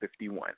51